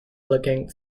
looking